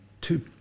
two